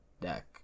deck